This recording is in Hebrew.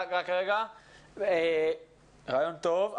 רעיון טוב.